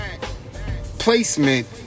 placement